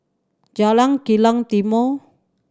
Jalan Kilang Timor